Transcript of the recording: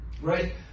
Right